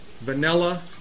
vanilla